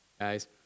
guys